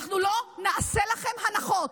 אנחנו לא נעשה לכם הנחות.